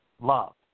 Love